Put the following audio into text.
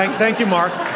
ah thank you, mark.